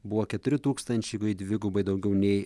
buvo keturi tūkstančiai dvigubai daugiau nei